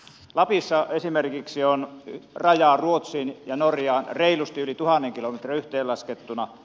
lapissa esimerkiksi on rajaa ruotsiin ja norjaan reilusti yli tuhat kilometriä yhteenlaskettuna